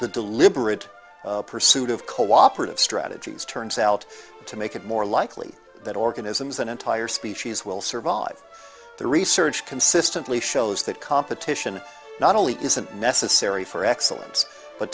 the deliberate pursuit of cooperative strategies turns out to make it more likely that organisms and entire species will survive the research consistently shows that competition not only isn't necessary for excellence but